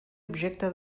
objecte